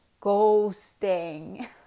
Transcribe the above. Ghosting